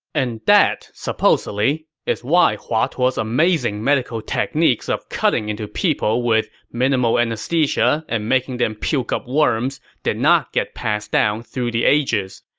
and that, supposedly, is why hua tuo's amazing medical techniques of cutting into people with minimal anesthesia and making them puke up worms did not get passed down through the ages.